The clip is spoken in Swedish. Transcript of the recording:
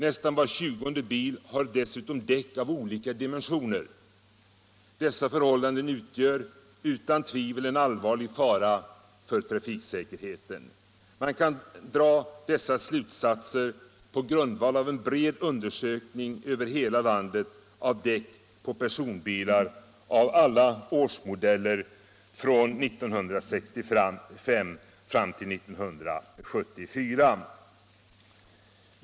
Nästan var tjugonde bil har dessutom däck av olika dimensioner. Dessa förhållanden utgör utan tvivel en allvarlig fara för trafiksäkerheten. Man kan dra dessa slutsatser på grundval av en bred undersökning över hela landet av däck på personbilar av årsmodellerna 1965-1974.